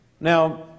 Now